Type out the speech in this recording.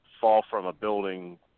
fall-from-a-building